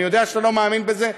אני יודע שאתה לא מאמין בזה,